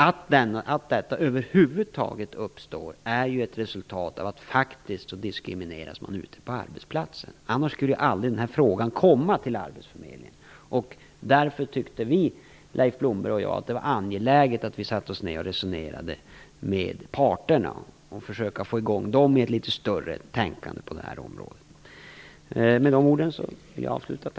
Att detta över huvud taget uppstår är ju ett resultat av faktisk diskriminering ute på arbetsplatserna. Annars skulle aldrig denna fråga komma till Arbetsförmedlingen. Därför tyckte vi, Leif Blomberg och jag, att det var angeläget att vi satte oss ned och resonerade med parterna för att försöka få dem till ett litet större tänkande på det här området.